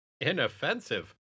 Inoffensive